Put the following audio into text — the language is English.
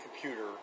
computer